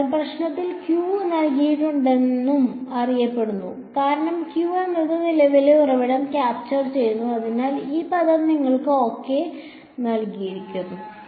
അതിനാൽ പ്രശ്നത്തിൽ Q നൽകിയിട്ടുണ്ടെന്ന് അറിയപ്പെടുന്നു കാരണം Q എന്നത് നിലവിലെ ഉറവിടം ക്യാപ്ചർ ചെയ്യുന്നു അതിനാൽ ഈ പദം നിങ്ങൾക്ക് ഓക്കെ നൽകിയിരിക്കുന്നു